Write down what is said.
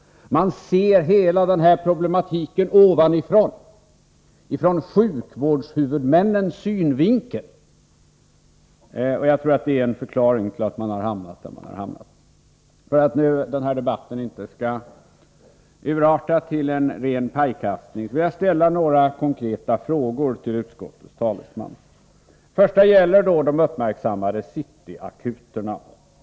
Man ser hela problematiken ovanifrån, ur sjukvårdshuvudmännens synvinkel. Jag tror att det är förklaringen till att man har hamnat på den här linjen. För att denna debatt inte skall urarta till en ren pajkastning vill jag ställa några konkreta frågor till utskottets talesman. Den första frågan gäller de uppmärksammade City Akuterna.